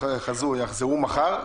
הם יחזרו מחר?